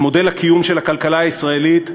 את מודל הקיום של הכלכלה הישראלית,